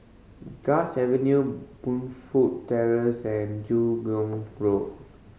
Guards Avenue Burnfoot Terrace and Joo Hong Road